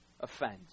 offense